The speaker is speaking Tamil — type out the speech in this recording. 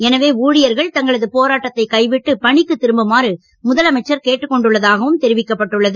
எனவே ஊழியர்கள் தங்களது போராட்டத்தை கைவிட்டு பணிக்கு திரும்புமாறு கேட்டுக் முதலமைச்சர் கொண்டுள்ளதாகவும் தெரிவிக்கப்பட்டுள்ளது